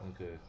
Okay